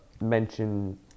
mention